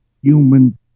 human